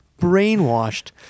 brainwashed